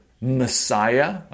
Messiah